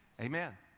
Amen